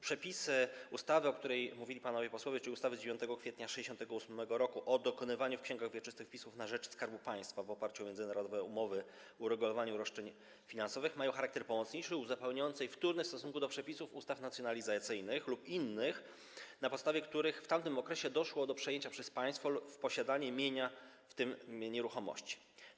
Przepisy ustawy, o której mówili panowie posłowie, czyli ustawy z 9 kwietnia 1968 r. o dokonywaniu w księgach wieczystych wpisów na rzecz Skarbu Państwa w oparciu o międzynarodowe umowy o uregulowaniu roszczeń finansowych, mają charakter pomocniczy, uzupełniający i wtórny w stosunku do przepisów ustaw nacjonalizacyjnych lub innych, na podstawie których w tamtym okresie doszło do przejęcia przez państwo w posiadanie mienia, w tym nieruchomości.